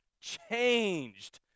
changed